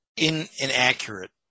inaccurate